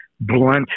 blunt